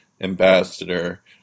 ambassador